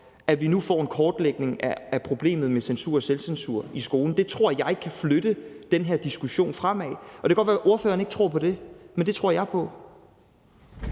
at vi nu får en kortlægning af problemet med censur og selvcensur i skolen. Det tror jeg kan flytte den her diskussion fremad, og det kan godt være, at ordføreren ikke tror på det. Men det tror jeg på.